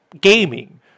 gaming